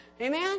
Amen